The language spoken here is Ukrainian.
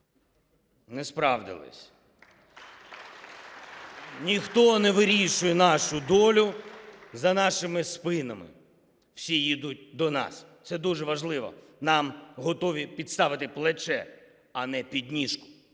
не справдилися. (Оплески) Ніхто не вирішує нашу долю за нашими спинами, всі їдуть до нас – це дуже важливо. Нам готові підставити плече, а не підніжку.